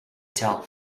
tell